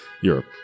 europe